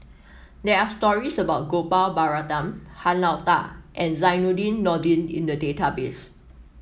there are stories about Gopal Baratham Han Lao Da and Zainudin Nordin in the database